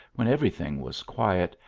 when every thing was quiet,